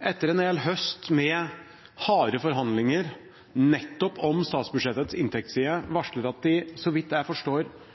etter en hel høst med harde forhandlinger om nettopp statsbudsjettets inntektsside, varsler at de – så vidt jeg forstår